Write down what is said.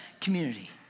community